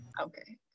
Okay